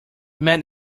met